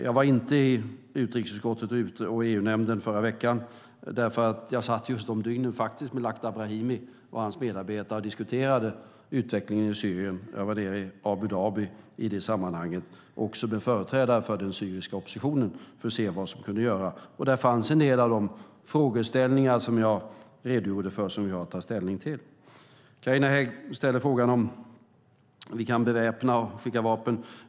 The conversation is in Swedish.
Jag var inte i utrikesutskottet och i EU-nämnden i förra veckan därför att jag just dessa dygn satt med Lakhdar Brahimi och hans medarbetare och diskuterade utveckling i Syrien. Jag var nere i Abu Dhabi i detta sammanhang och diskuterade även med företrädare för den syriska oppositionen för att se vad som kunde göras. Där fanns en del av de frågeställningar som jag redogjorde för och som vi har att tagit ställning till. Carina Hägg ställde frågan om huruvida vi kan beväpna och skicka vapen.